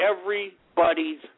everybody's